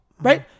right